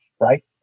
right